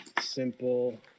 simple